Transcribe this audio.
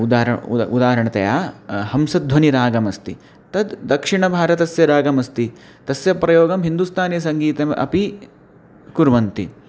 उदाहरणम् उत उदाहरणतया हंसध्वनिरागमस्ति तद् दक्षिणभारतस्य रागमस्ति तस्य प्रयोगं हिन्दुस्तानीसङ्गीतम् अपि कुर्वन्ति